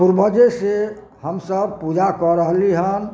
पूर्वजे से हमसभ पूजा कऽ रहली हन